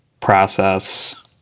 process